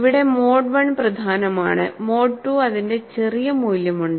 ഇവിടെ mode I പ്രധാനമാണ് mode IIഅതിന്റെ ചെറിയ മൂല്യമുണ്ട്